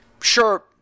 Sure